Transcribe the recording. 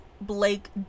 Blake